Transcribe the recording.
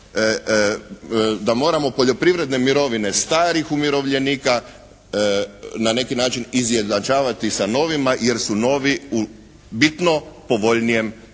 da moramo poljoprivredne mirovine starih umirovljenika na neki način izjednačavati sa novima jer su novi u bitno povoljnijem